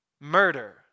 Murder